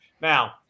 Now